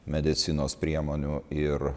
medicinos priemonių ir